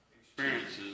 Experiences